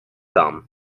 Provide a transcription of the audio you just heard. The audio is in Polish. tam